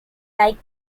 like